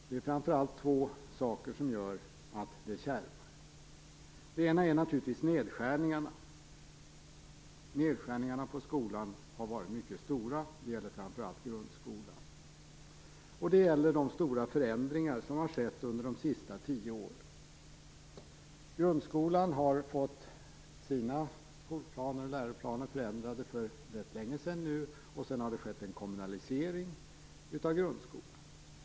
Det är framför allt två saker som gör att det kärvar. Den ena är naturligtvis nedskärningarna. Nedskärningarna på skolan har varit mycket stora, det gäller framför allt grundskolan. Dessutom gäller det de mycket stora förändringar som har skett under de sista tio åren. Grundskolan har fått sina skolplaner och läroplaner förändrade för ganska länge sedan nu. Sedan har det skett en kommunalisering av grundskolan.